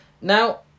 Now